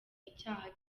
icyaha